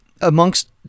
amongst